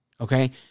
Okay